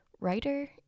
writer